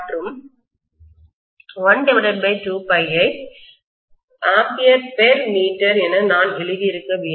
மற்றும் 12π ஐ Ampm என நான் எழுதியிருக்க வேண்டும்